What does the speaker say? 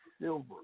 silver